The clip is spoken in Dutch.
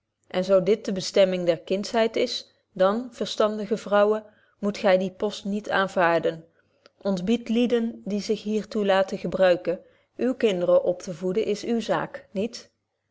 en zo dit de bestemming der kindschheid is dan verstandige vrouwen moet gy dien post niet aanvaarden ontbied lieden die zich hier toe laten gebruiken uwe kinderen op te voeden is uw zaak niet